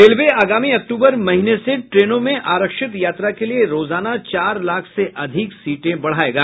railway आगामी अक्टूबर महीने से ट्रेनों में आरक्षित यात्रा के लिए रोजाना चार लाख से अधिक सीटें बढ़ायेगा